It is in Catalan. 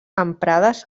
emprades